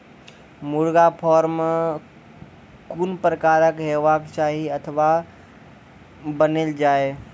मुर्गा फार्म कून प्रकारक हेवाक चाही अथवा बनेल जाये?